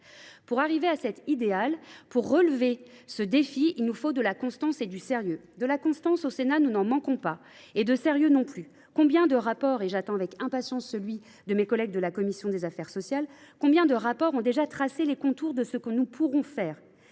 Pour arriver à cet idéal, pour relever ce défi, il nous faut de la constance et du sérieux. Or, de la constance, nous n’en manquons pas au Sénat, et du sérieux non plus. Combien de rapports – j’attends avec impatience celui de mes collègues de la commission des affaires sociales – ont déjà tracé les contours de ce que nous devons faire,